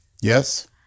Yes